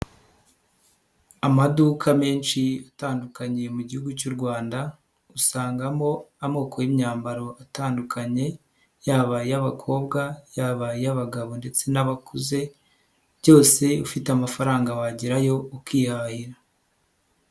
Amaduka menshi atandukanye mu gihugu cy'u Rwanda, usangamo amoko y'imyambaro atandukanye, yaba iy'abakobwa, yabaye iy'abagabo ndetse n'abakuze, byose ufite amafaranga wagerayo ukihahira.